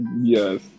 Yes